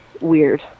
weird